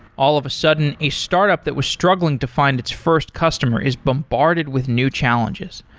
all of a sudden, a startup that was struggling to find its first customer is bombarded with new challenges.